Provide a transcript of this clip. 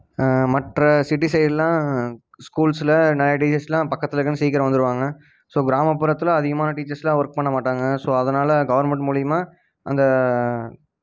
மற்ற சிட்டி சைடெலாம் ஸ்கூல்ஸ்ஸில் நிறையா டீச்சர்ஸ்ஸெலாம் பக்கத்திலருக்குனு சீக்கிரம் வந்துடுவாங்க ஸோ கிராமப்புறத்தில் அதிகமான டீச்சர்ஸ்ஸெலாம் ஒர்க் பண்ண மாட்டாங்க ஸோ அதனால கவர்மெண்ட் மூலிமா அந்த